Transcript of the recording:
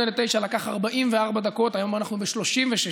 בין 08:00 ל-09:00 לקח 44 דקות, היום 36 דקות,